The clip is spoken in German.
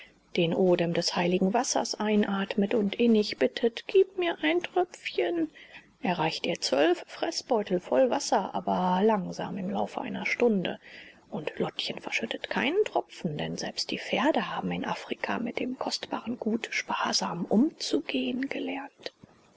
den odem des heiligen wassers einatmet und innig bittet gib mir ein tröpfchen er reicht ihr zwölf freßbeutel voll wasser aber langsam im lauf einer stunde und lottchen verschüttet keinen tropfen denn selbst die pferde haben in afrika mit dem kostbaren gut sparsam umzugehen gelernt